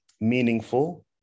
meaningful